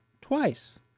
twice